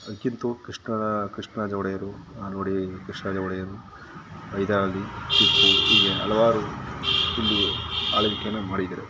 ಅದಕ್ಕಿಂತೂ ಕೃಷ್ಣರಾ ಕೃಷ್ಣರಾಜ ಒಡೆಯರು ನಾಲ್ವಡಿ ಕೃಷ್ಣರಾಜ ಒಡೆಯರು ಹೈದರಾಲಿ ಟಿಪ್ಪು ಹೀಗೆ ಹಲವಾರು ಹಿಂದೂ ಆಳ್ವಿಕೆನ ಮಾಡಿದ್ದಾರೆ